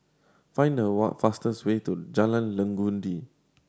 find the fastest way to Jalan Legundi